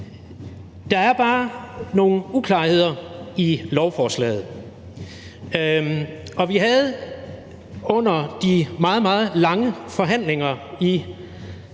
Der er bare nogle uklarheder i lovforslaget. Vi havde under de meget, meget lange forhandlinger i